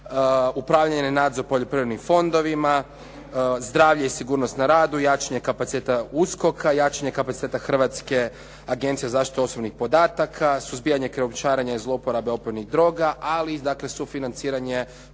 upravljanje i nadzor poljoprivrednim fondovima, zdravlje i sigurnost na radu, jačanje kapaciteta USKOK-a, jačanje kapaciteta Hrvatske agencije za zaštitu osobnih podataka, suzbijanje krijumčarenja i zloporabe opojnih druga, ali i dakle sufinanciranje programa